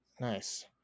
nice